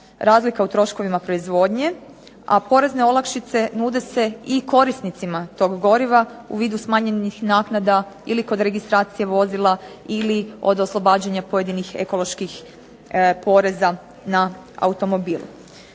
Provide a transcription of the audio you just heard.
razlika u troškovima proizvodnje, a porezne olakšice nude se i korisnicima tog goriva u vidu smanjenih naknada ili kod registracije vozila ili od oslobađanja pojedinih ekoloških poreza na automobil.